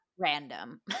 random